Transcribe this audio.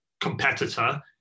competitor